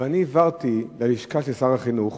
אבל העברתי ללשכת שר החינוך